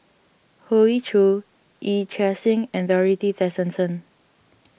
Hoey Choo Yee Chia Hsing and Dorothy Tessensohn